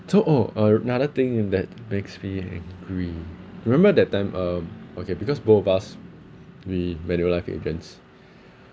so oh a~ another thing that makes me angry remember that time um okay because both of us we manulife agents